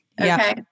Okay